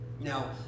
Now